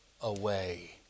away